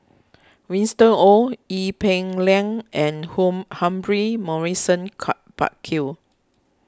Winston Oh Ee Peng Liang and Hong Humphrey Morrison car Burkill